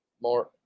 More